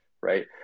Right